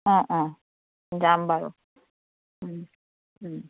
অঁ অঁ যাম বাৰু